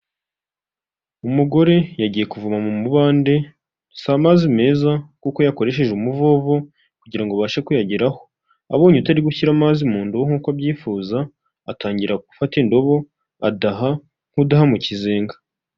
Umugore yagiye kuvoma mu mubande, si amazi meza kuko yakoresheje umuvovo kugira ngo abashe kuyageraho, abonye utari gushyira amazi mu ndobo nk'uko abyifuza, atangira gufata indobo, adaha nk'udaha mu kizenga.